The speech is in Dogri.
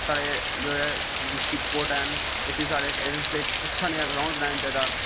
साढ़े जेहड़े डिस्ट्रिक्ट स्पोट हैन उसी साढ़े आस्तै इक अच्छा नेहा ग्रांउड़ बनाई दिंदे